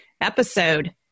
episode